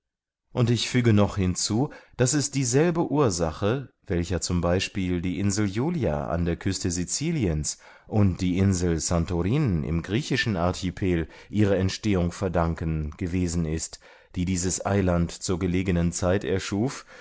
und ich füge noch hinzu daß es dieselbe ursache welcher z b die insel julia an der küste siciliens und die insel santorin im griechischen archipel ihre entstehung verdanken gewesen ist die dieses eiland zur gelegenen zeit erschuf